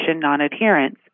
non-adherence